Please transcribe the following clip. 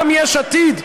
גם יש עתיד,